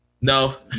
No